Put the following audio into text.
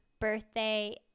birthday